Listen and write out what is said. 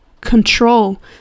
control